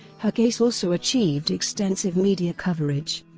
her case also achieved extensive media coverage,